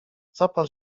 zapal